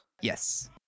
Yes